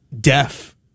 deaf